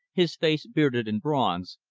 his face bearded and bronzed,